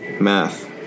Math